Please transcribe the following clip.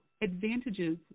advantages